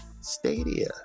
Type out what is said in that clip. Stadia